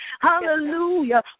Hallelujah